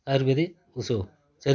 ଆୟୁର୍ବେଦିକ ଓଷ ଚେରମୂ